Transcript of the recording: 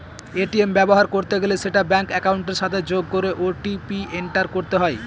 ATM ব্যবহার করতে গেলে সেটা ব্যাঙ্ক একাউন্টের সাথে যোগ করে ও.টি.পি এন্টার করতে হয়